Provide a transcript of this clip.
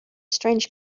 strange